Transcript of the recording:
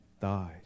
died